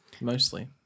Mostly